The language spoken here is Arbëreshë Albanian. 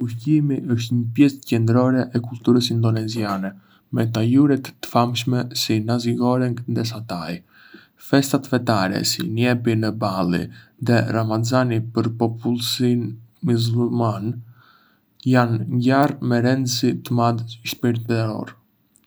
Ushqimi është një pjesë qendrore e kulturës indoneziane, me tajuret të famshme si nasi goreng dhe satay. Festat fetare, si Nyepi në Bali dhe Ramazani për popullsinë myslimane, janë ngjarje me rëndësi të madhe shpirtërore.